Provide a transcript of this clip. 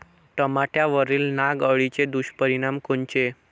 टमाट्यावरील नाग अळीचे दुष्परिणाम कोनचे?